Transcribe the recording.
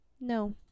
No